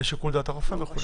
בשיקול דעת הרופא וכו'.